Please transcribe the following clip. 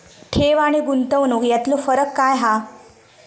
ठेव आनी गुंतवणूक यातलो फरक काय हा?